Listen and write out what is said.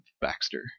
Baxter